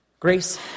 Grace